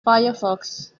firefox